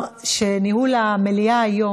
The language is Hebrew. הצעת החוק עברה בקריאה ראשונה,